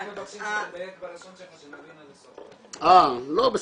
אנחנו רק מבקשים שתדייק בלשון שלך שנבין עד הסוף שניה רונן,